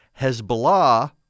Hezbollah